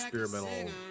Experimental